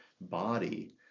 body